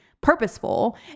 purposeful